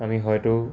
আমি হয়তো